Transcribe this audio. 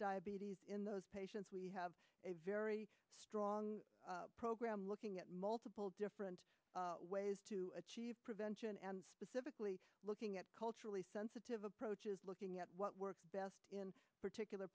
diabetes in those patients we have a very strong program looking at multiple different ways to achieve prevention and specifically looking at culturally sensitive approaches looking at what works best in particular